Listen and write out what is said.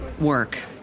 work